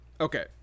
Okay